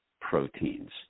proteins